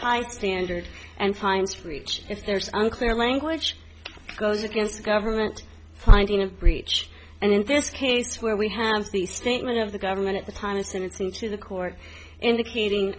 behind standard and fines for each if there's one clear language goes against the government finding a breach and in this case where we have the statement of the government at the time of sentencing to the court indicating